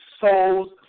souls